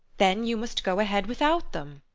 then you must go ahead without them.